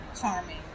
charming